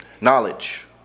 knowledge